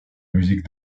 musique